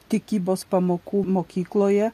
tikybos pamokų mokykloje